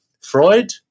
Freud